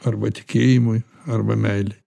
arba tikėjimui arba meilei